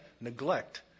neglect